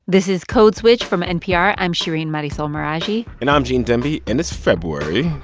this is code switch from npr. i'm shereen marisol meraji and i'm gene demby. and it's february,